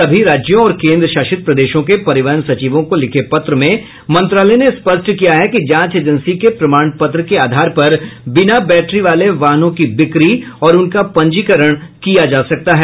सभी राज्यों और केन्द्रशासित प्रदेशों के परिवहन सचिवों को लिखे पत्र में मंत्रालय ने स्पष्ट किया है कि जांच एजेंसी के प्रमाण पत्र के आधार पर बिना बैट्री वाले वाहनों की बिक्री और उनके पंजीकरण किया जा सकता है